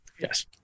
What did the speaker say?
Yes